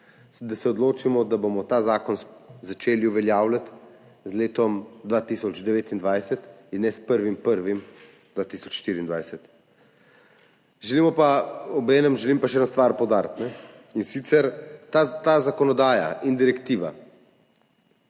da se odločimo, da bomo ta zakon začeli uveljavljati z letom 2029 in ne s 1. 1. 2024. Obenem želim pa še eno stvar poudariti, in sicer ta zakonodaja in direktiva